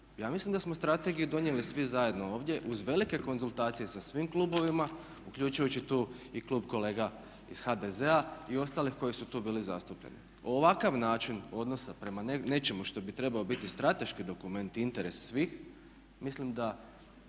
Ja mislim da smo strategiju donijeli svi zajedno ovdje uz velike konzultacije sa svim klubovima uključujući tu i klub kolega iz HDZ-a i ostalih koji su tu bili zastupljeni. Ovakav način odnosa prema nečemu što bi trebao biti strateški dokument i interes svih mislim da